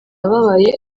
ababaye